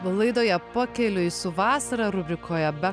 laidoje pakeliui su vasara rubrikoje be